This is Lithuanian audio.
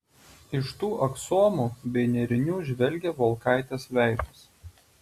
iš tų aksomų bei nėrinių žvelgė volkaitės veidas